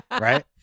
Right